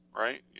Right